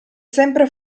sempre